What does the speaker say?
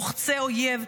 מוחצי אויב,